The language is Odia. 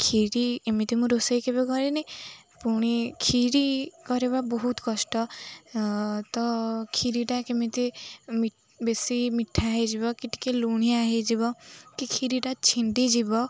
କ୍ଷୀରି ଏମିତି ମୁଁ ରୋଷେଇ କେବେ କରେନି ପୁଣି କ୍ଷୀରି କରିବା ବହୁତ କଷ୍ଟ ତ କ୍ଷୀରିଟା କେମିତି ବେଶୀ ମିଠା ହୋଇଯିବ କି ଟିକେ ଲୁଣିଆ ହୋଇଯିବ କି କ୍ଷୀରିଟା ଛିଣ୍ଡିଯିବ